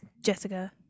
Jessica